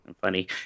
Funny